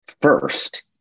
first